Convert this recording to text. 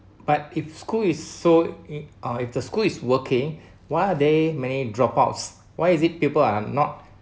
but if school is so it uh if the school is working why are there many dropouts why is it people are not